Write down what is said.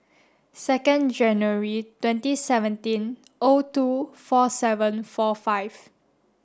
second January twenty seventeen O two four seven four five